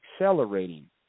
accelerating